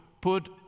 put